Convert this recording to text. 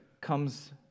comes